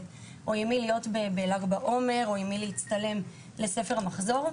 או עם מי להיות בל"ג בעומר או עם מי להצטלם לספר המחזור.